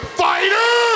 fighter